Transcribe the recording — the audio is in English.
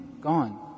gone